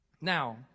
Now